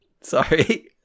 Sorry